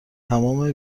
تمام